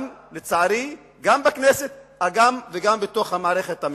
ולצערי, גם בכנסת וגם בתוך מערכת המשפט,